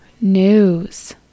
news